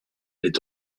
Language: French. est